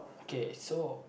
okay so